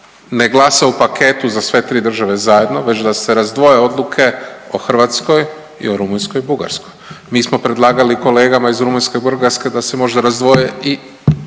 ne glasa u paketu za sve tri države zajedno već da se razdvoje odluke o Hrvatskoj i o Rumunjskoj i Bugarskoj. Mi smo predlagali kolegama iz Rumunjske i Bugarske da se možda razdvoje i